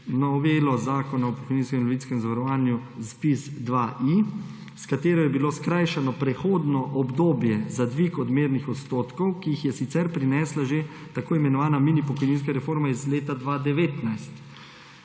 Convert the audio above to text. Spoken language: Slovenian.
novelo Zakona o pokojninskem in invalidskem zavarovanju, ZPIZ-2I, s katero je bilo skrajšano prehodno obdobje za dvig odmernih odstotkov, ki jih je sicer prinesla že tako imenovana mini pokojninska reforma iz leta 2019.